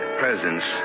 presence